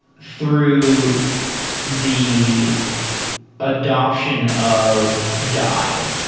through the adoption of dive.